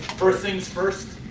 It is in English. first things first.